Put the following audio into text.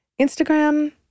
Instagram